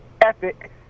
epic